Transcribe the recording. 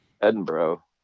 Edinburgh